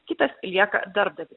kitas lieka darbdaviui